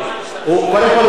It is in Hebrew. קודם כול,